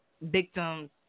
victims